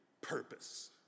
purpose